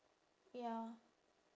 ya